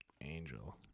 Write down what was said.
Angel